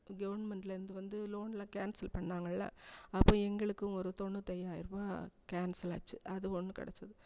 கவர்மண்ட்டிலேருந்து வந்து லோனெலாம் கேன்சல் பண்ணிணாங்கள்ல அப்போ எங்களுக்கும் ஒரு தொண்ணூத்தையாயிரம் ருபா கேன்சல் ஆச்சு அது ஒன்று கிடச்சது